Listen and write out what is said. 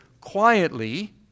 quietly